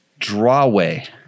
Drawway